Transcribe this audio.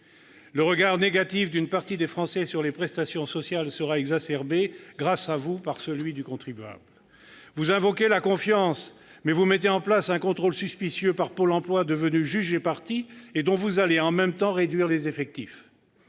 Le regard négatif d'une partie des Français sur les prestations sociales sera exacerbé, grâce à vous, par celui du contribuable. Vous invoquez la confiance, mais vous mettez en place un contrôle suspicieux par Pôle emploi, devenu juge et partie et dont vous allez, dans le même temps, réduire les effectifs.